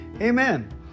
Amen